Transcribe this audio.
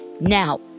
Now